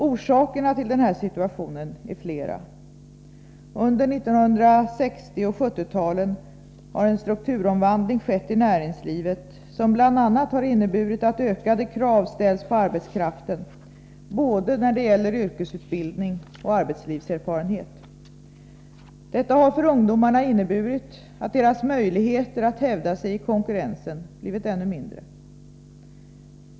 Orsakerna till den här situationen är flera: Under 1960 och 1970-talen har en strukturomvandling skett i näringslivet som bl.a. har inneburit att ökade krav ställs på arbetskraften när det gäller både yrkesutbildning och arbetslivserfarenhet. Detta har för ungdomarna inneburit att deras möjligheter att hävda sig i konkurrensen blivit ännu mindre.